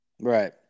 Right